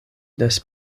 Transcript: des